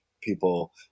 people